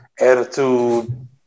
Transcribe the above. attitude